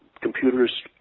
computers